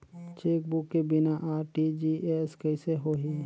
Chequebook के बिना RTGS कइसे होही?